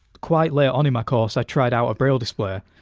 quite late on in my course i tried out a braille display,